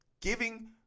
Giving